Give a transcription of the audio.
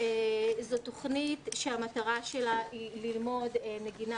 זאת תוכנית שהמטרה שלה היא ללמוד נגינה